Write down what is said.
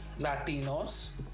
Latinos